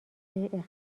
توسعه